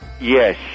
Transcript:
yes